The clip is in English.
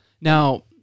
Now